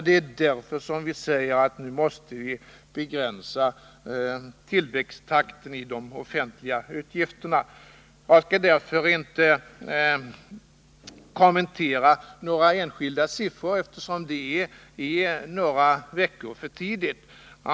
Det är därför vi säger: Nu måste vi begränsa tillväxttakten när det gäller de offentliga utgifterna. Jag skall alltså inte kommentera några enskilda siffror, eftersom det är några veckor för tidigt.